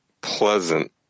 pleasant